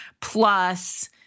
plus